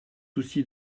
souci